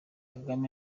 kagame